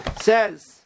says